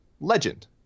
legend